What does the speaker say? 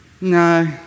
no